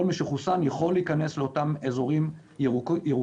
כל מי שחוסן יכול להיכנס לאותם אזורים ירוקים,